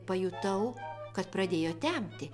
pajutau kad pradėjo temti